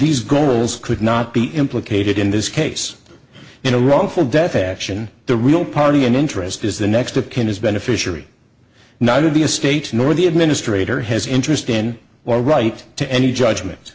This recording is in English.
these goals could not be implicated in this case in a wrongful death action the real party in interest is the next of kin is beneficiary not to be a state nor the administrator has interest in or right to any judgments